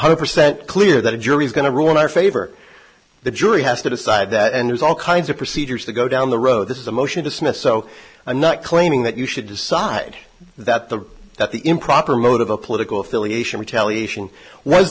hundred percent clear that a jury is going to rule in our favor the jury has to decide that and there's all kinds of procedures that go down the road this is a motion to dismiss so i'm not claiming that you should decide that the that the improper motive a political affiliation retaliation was